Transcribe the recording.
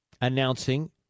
announcing